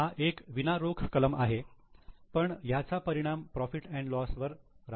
हा एक विना रोख कलम आहे पण याचा परिणाम प्रॉफिट अँड लॉस वर राहणार